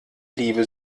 liebe